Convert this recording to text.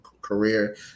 career